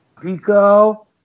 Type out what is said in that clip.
pico